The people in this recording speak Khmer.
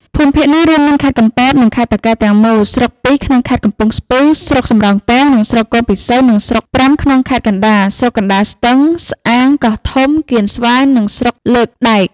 ភូមិភាគនេះ រួមមានខេត្តកំពតនិងខេត្តតាកែវទាំងមូល ស្រុកពីរ ក្នុងខេត្តកំពង់ស្ពឺ (ស្រុកសំរោងទង និងស្រុកគងពិសី) និងស្រុកប្រាំក្នុងខេត្តកណ្តាល (ស្រុកកណ្តាលស្ទឹង ស្អាង កោះធំ កៀនស្វាយ និងស្រុកលើកដែក)។